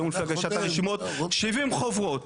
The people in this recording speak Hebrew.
70 חוברות.